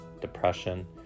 Depression